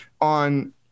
on